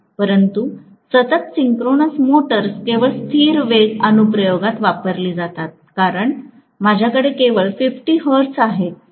परंतु सतत synchronous motors केवळ स्थिर वेग अनुप्रयोगात वापरली जातात कारण माझ्याकडे केवळ 50 हर्ट्ज आहेत